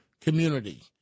community